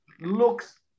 Looks